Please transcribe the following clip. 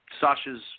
Sasha's